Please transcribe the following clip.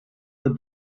the